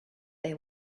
they